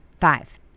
Five